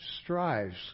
strives